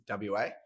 WA